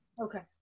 Okay